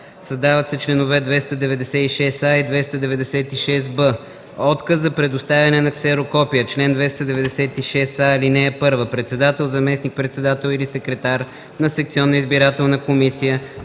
Създават се чл. 296а и 296б: „Отказ за предоставяне на ксерокопие Чл. 296а. (1) Председател, заместник-председател или секретар на секционна избирателна комисия,